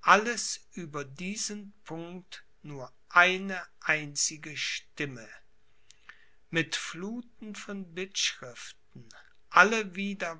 alles über diesen punkt nur eine einzige stimme mit fluthen von bittschriften alle wider